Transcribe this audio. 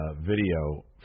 video